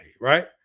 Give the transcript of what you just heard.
right